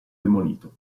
demolito